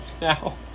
now